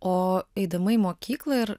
o eidama į mokyklą ir